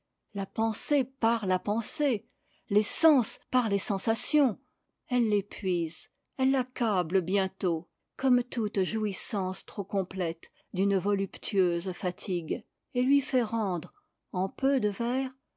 la pensée par la pensée les sens par les sensations elle l'épuisé elle l'accable bientôt comme toute jouissance trop complète d'une voluptueuse fatigue et lui fait rendre en peu de vers